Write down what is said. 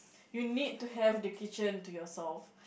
you need to have the kitchen to yourself